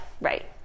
right